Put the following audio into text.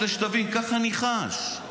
כדי שתבין ככה אני חש.